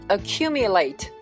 Accumulate